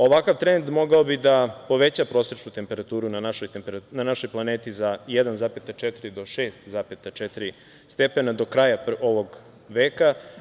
Ovakav trend mogao bi da poveća prosečnu temperaturu na našoj planeti za 1,4 do 6,4 stepena do kraja ovog veka.